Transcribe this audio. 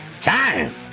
time